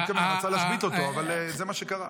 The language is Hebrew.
הוא לא התכוון, רצה להשבית אותו, אבל זה מה שקרה.